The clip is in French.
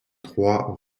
trois